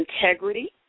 Integrity